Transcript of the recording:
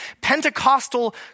Pentecostal